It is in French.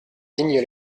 digne